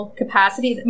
capacity